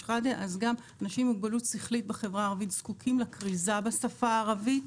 אנשים עם מוגבלות שכלית בחברה הערבית זקוקים לכריזה בשפה הערבית,